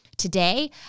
Today